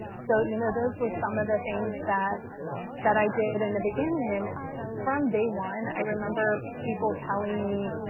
so you know those were some of the things that that i did in the beginning. and from day one, i remember people telling me,